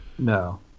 No